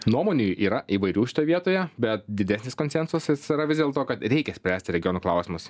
nuomonių yra įvairių šitoj vietoje bet didesnis konsensusas yra vis dėl to kad reikia spręsti regionų klausimus